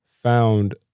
found